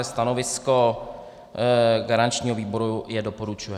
Stanovisko garančního výboru je doporučuje.